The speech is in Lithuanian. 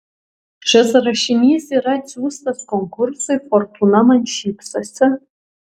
šis rašinys yra atsiųstas konkursui fortūna man šypsosi